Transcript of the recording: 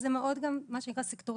אבל זה גם מאוד מה שנקרא סקטוריאלי,